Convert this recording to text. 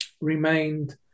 remained